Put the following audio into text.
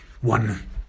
one